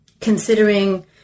considering